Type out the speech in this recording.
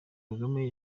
kagame